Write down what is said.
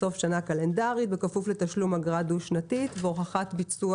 בסוף שנה קלנדרית בכפוף לתשלום אגרה דו שנתית והוכחת ביצוע